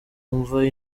wumva